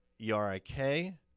E-R-I-K